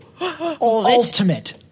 Ultimate